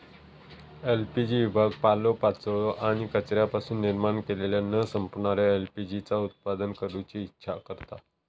LPG विभाग पालोपाचोळो आणि कचऱ्यापासून निर्माण केलेल्या न संपणाऱ्या एल.पी.जी चा उत्पादन करूची इच्छा करता